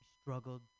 struggled